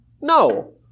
No